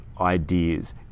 ideas